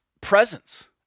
presence